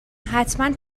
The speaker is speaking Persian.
حتما